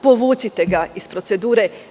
Povucite ga iz procedure.